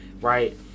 right